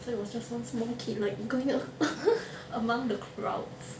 so it was just one small kid like going a~ among the crowds